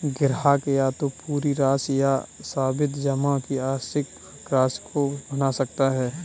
ग्राहक या तो पूरी राशि या सावधि जमा की आंशिक राशि को भुना सकता है